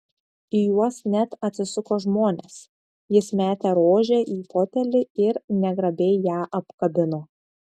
į juos net atsisuko žmonės jis metė rožę į fotelį ir negrabiai ją apkabino